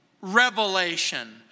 revelation